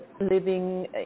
living